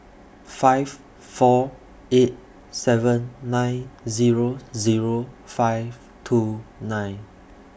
five four eight seven nine Zero Zero five two nine